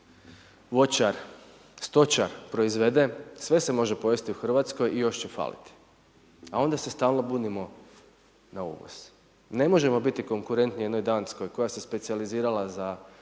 voćar, stočar proizvede sve se može pojesti u Hrvatskoj i još će faliti, a onda se stalno bunimo na uvoz. Ne možemo biti konkurentni jednoj Danskoj koja se specijalizirala za